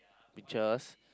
pictures